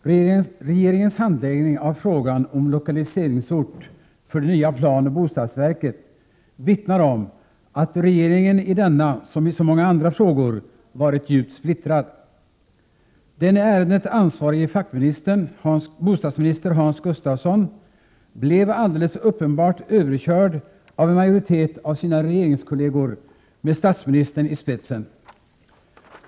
Fru talman! Regeringens handläggning av frågan om lokaliseringsort för det nya planoch bostadsverket vittnar om att regeringen i denna som i så många andra frågor har varit djupt splittrad. Den i ärendet ansvarige fackministern, bostadsminister Hans Gustafsson, blev alldeles uppenbart överkörd av en majoritet av sina regeringskolleger med statsministern i spetsen.